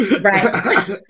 right